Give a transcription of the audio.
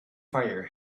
fire